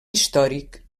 històric